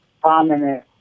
prominent